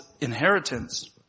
inheritance